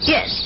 Yes